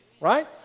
right